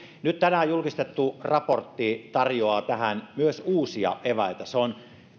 nyt tänään julkistettu raportti tarjoaa tähän myös uusia eväitä se on